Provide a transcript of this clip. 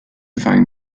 find